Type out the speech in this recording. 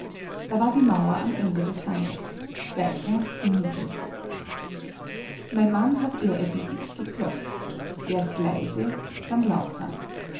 da war die mauer am ende des ganges weiter ging es nicht mein mann hat ehrerbietig geklopft erst leise dann lauter